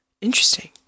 interesting